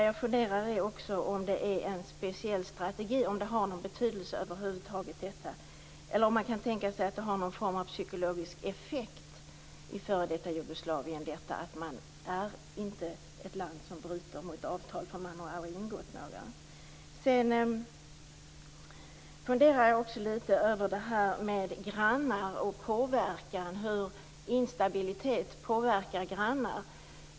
Jag undrar om det finns en speciell strategi, om detta över huvud taget har någon betydelse eller om det kan ha någon form av psykologisk effekt i f.d. Jugoslavien att det inte är ett land som bryter mot avtal för man har aldrig ingått några. Sedan funderar jag litet över hur instabilitet påverkar grannar.